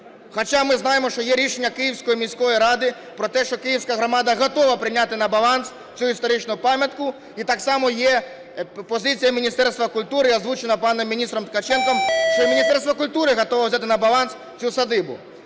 Хоча ми знаємо, що є рішення Київської міської ради про те, що київська громада готова прийняти на баланс цю історичну пам'ятку, і так само є позиція Міністерства культури, озвучена паном міністром Ткаченком, що Міністерство культури готове взяти на баланс цю садибу.